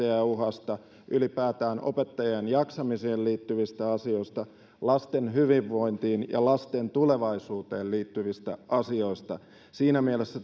ja uhasta ylipäätään opettajien jaksamiseen liittyvistä asioista lasten hyvinvointiin ja lasten tulevaisuuteen liittyvistä asioista siinä mielessä